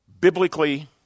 biblically